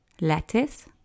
Lettuce